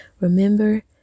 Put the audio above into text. Remember